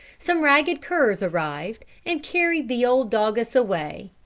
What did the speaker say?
some ragged curs arrived, and carried the old doggess away.